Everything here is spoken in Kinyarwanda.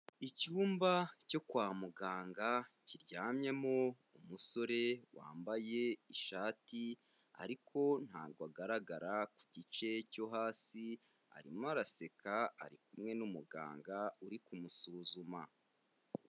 Icyumba cyo kwa muganga kiryamyemo umusore wambaye ishati ariko ntabwo agaragara ku gice cyo hasi, arimo araseka ari kumwe n'umuganga uri kumusuzuma.